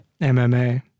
MMA